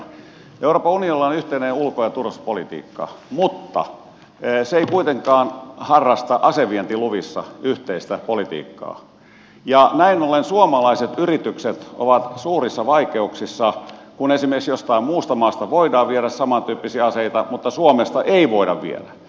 euroopan unionilla on yhteinen ulko ja turvallisuuspolitiikka mutta se ei kuitenkaan harrasta asevientiluvissa yhteistä politiikkaa ja näin ollen suomalaiset yritykset ovat suurissa vaikeuksissa kun esimerkiksi jostain muusta maasta voidaan viedä samantyyppisiä aseita mutta suomesta ei voida viedä